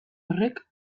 horrek